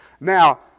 Now